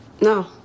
no